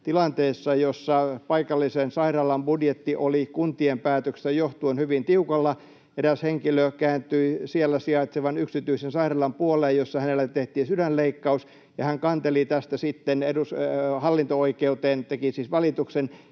Tilanteessa, jossa paikallisen sairaalan budjetti oli kuntien päätöksestä johtuen hyvin tiukalla, eräs henkilö kääntyi siellä sijaitsevan yksityisen sairaalan puoleen, jossa hänelle tehtiin sydänleikkaus. Hän kanteli tästä sitten hallinto-oikeuteen, teki siis valituksen,